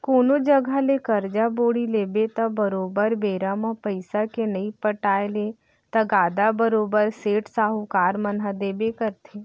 कोनो जघा ले करजा बोड़ी लेबे त बरोबर बेरा म पइसा के नइ पटाय ले तगादा बरोबर सेठ, साहूकार मन ह देबे करथे